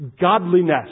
godliness